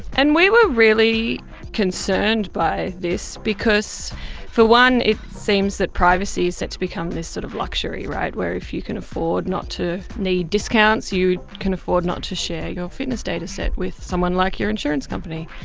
and we were really concerned by this because for one it seems that privacy is set to become this sort of luxury where if you can afford not to need discounts, you can afford not to share your fitness dataset with someone like your insurance company.